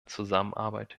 zusammenarbeit